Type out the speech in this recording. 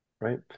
right